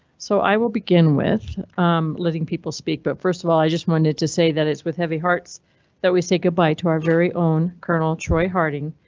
so i will begin with letting people speak. but first of all i just wanted to say that it's with heavy hearts that we say goodbye to our very own colonel troy harting.